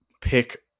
pick